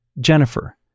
Jennifer